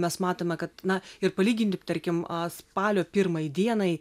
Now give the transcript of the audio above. mes matome kad na ir palyginti tarkim spalio pirmai dienai